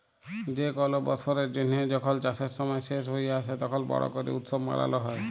যে কল বসরের জ্যানহে যখল চাষের সময় শেষ হঁয়ে আসে, তখল বড় ক্যরে উৎসব মালাল হ্যয়